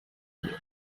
you